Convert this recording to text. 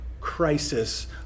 crisis